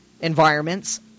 environments